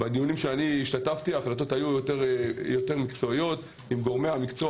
בדיונים בהם אני השתתפתי ההחלטות היו יותר מקצועיות ועם גורמי המקצוע.